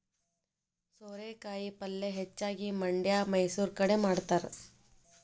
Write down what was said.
ಸೋರೆಕಾಯಿ ಪಲ್ಯೆ ಹೆಚ್ಚಾಗಿ ಮಂಡ್ಯಾ ಮೈಸೂರು ಕಡೆ ಮಾಡತಾರ